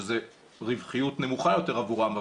שזה רווחיות נמוכה יותר עבורם,